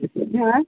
हा